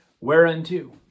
whereunto